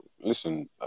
Listen